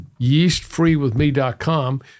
Yeastfreewithme.com